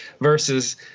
versus